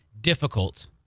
difficult